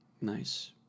Nice